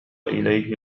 إليه